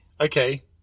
okay